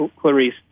Clarice